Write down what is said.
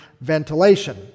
ventilation